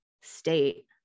state